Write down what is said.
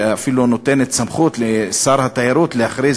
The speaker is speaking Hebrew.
שאפילו נותנת סמכות לשר התיירות להכריז